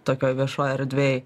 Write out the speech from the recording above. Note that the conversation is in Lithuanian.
tokioj viešoj erdvėj